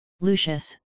Lucius